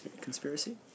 conspiracy